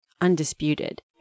undisputed